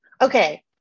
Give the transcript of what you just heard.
Okay